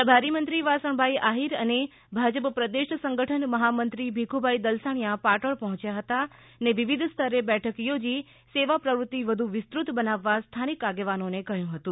પ્રભારી મંત્રી વાસણભાઈ આહિર અને ભાજપ પ્રદેશ સંગઠન મહામંત્રી ભીખુભાઈ દલસણીયા પાટણ પહોંચ્યા હતા ને વિવિધ સ્તરે બેઠક યોજી સેવા પ્રવૃતિ વધુ વિસ્તૃત બનાવવા સ્થાનિક આગેવાનોને કહ્યું હતું